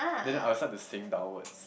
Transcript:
then I'll start to sink downwards